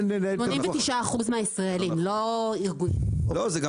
89% מהישראלים, לא מהארגונים.